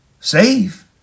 save